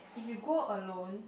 if you go alone